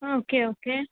okay okay